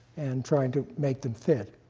and trying to make them fit.